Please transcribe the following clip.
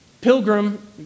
Pilgrim